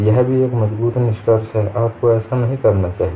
यह भी एक मजबूत निष्कर्ष है आपको ऐसा नहीं करना चाहिए